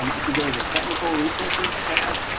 um if you go to the technical resources tab,